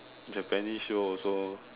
Japanese shows also